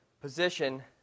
position